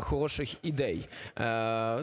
хороших ідей.